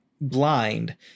blind